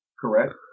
correct